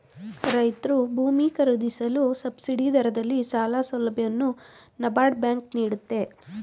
ರೈತ್ರು ಭೂಮಿ ಖರೀದಿಸಲು ಸಬ್ಸಿಡಿ ದರದಲ್ಲಿ ಸಾಲ ಸೌಲಭ್ಯವನ್ನು ನಬಾರ್ಡ್ ಬ್ಯಾಂಕ್ ನೀಡುತ್ತೆ